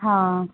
ਹਾਂ